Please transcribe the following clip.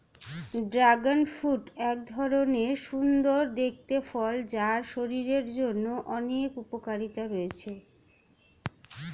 dragon fruit এক ধরণের সুন্দর দেখতে ফল যার শরীরের জন্য অনেক উপকারিতা রয়েছে